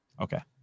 Okay